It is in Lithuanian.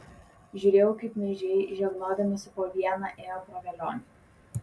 žiūrėjau kaip meižiai žegnodamiesi po vieną ėjo pro velionį